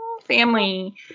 Family